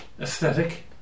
aesthetic